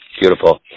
Beautiful